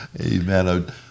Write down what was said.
Amen